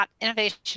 innovation